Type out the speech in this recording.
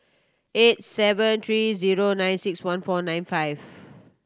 eight seven three zero nine six one four nine five